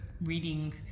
reading